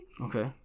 okay